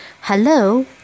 Hello